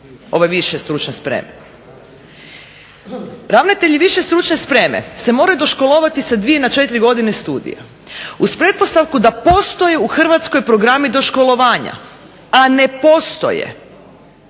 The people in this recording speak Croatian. bio više stručne spreme